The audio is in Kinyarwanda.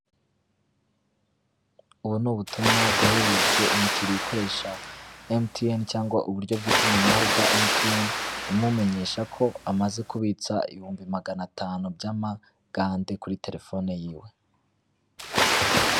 Ubu ni ubutumwa bwohererejwe umukiriya ukoresha emutiyeni cyangwa uburyo bw'itumanaho bwa emutiyeni imumenyesha ko amaze kubitsa ibihumbi magana atanu by'amagande kuri telefone yiwe.